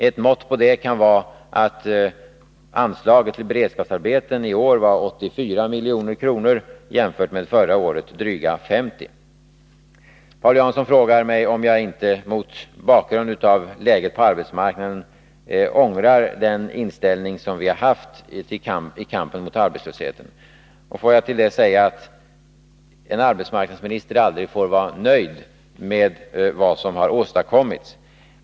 Ett mått på det kan vara att anslaget till beredskapsarbeten i år var 84 milj.kr. jämfört med förra årets drygt 50 milj.kr. Paul Jansson frågar mig om jag inte mot bakgrund av läget på arbetsmarknaden ångrar den inställning som vi har haft i kampen mot arbetslösheten. Får jag till det säga att en arbetsmarknadsminister aldrig får vara nöjd med vad som har åstadkommits.